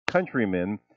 countrymen